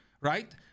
right